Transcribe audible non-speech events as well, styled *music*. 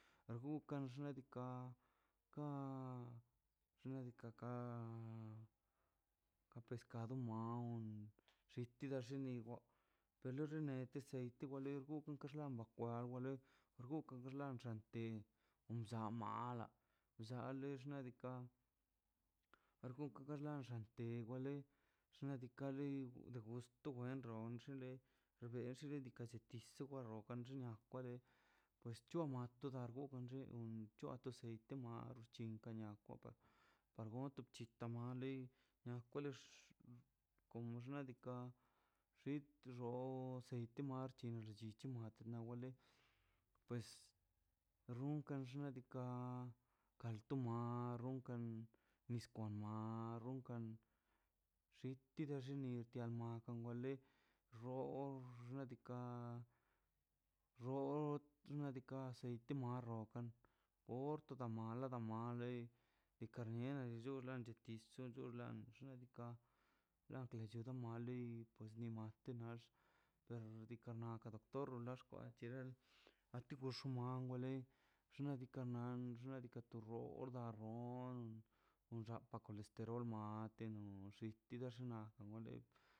Unkan xnaꞌ diikaꞌ ka xnaꞌ diikaꞌ ka ka pescado maw ti tixni nida *noise* per lo neda sit walei xka kwa na wa lei xgugan xga xgalante omza mala llalə xnaꞌ diikaꞌ xgugan na xgalante wa walei xnaꞌ diikaꞌ le de gusto wen ron shili *unintelligible* pues choaban toda gogan chua to aceite mal xchingwa tania kokg argog ta chin tamale na kwalex kon no xnaꞌ diikaꞌ tit xo aceite marchich mat wa wa le pues runkan xnaꞌ diikaꞌ kal to marron kan nis kwan rronkan xite lo lli mawa le roo xnaꞌ diikaꞌ root xnaꞌ diikaꞌ seit man rokan ot ada mal dan male nikar niena llula llulan xnaꞌ diikaꞌ la chonkloda chuna madlei te nax per diikaꞌ na doctor dolo xkwantelei anti gux malei xnaꞌ diikaꞌ an xnaꞌ diikaꞌ onda rond onzap colesterol on xina awale.